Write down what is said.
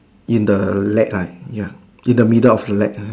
in the lake in the middle of lake